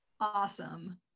awesome